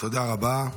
תודה רבה.